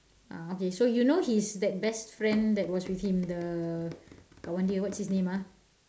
uh okay so you know he's that best friend that was with him the one there what's his name ah